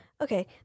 okay